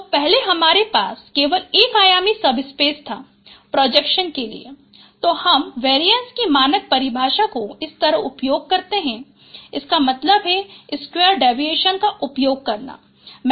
तो पहले हमारे पास केवल एक आयामी सबस्पेस था प्रोजेक्शन के लिए तो हम वेरिएंस की मानक परिभाषा को इस तरह उपयोग करते है इसका मतलब है स्क्वायर डेविएशन का उपयोग करना है